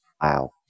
Wow